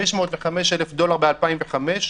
505 אלף דולר בשנת 2005,